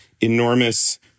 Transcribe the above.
enormous